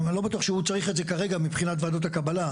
אני לא בטוח שהוא צריך את זה כרגע מבחינת ועדות הקבלה.